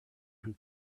who